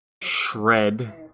shred